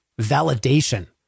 validation